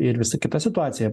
ir visa kita situacija